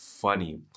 funny